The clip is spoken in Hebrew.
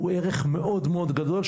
הוא ערך מאוד גדול,